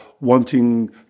wanting